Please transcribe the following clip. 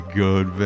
good